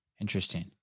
Interesting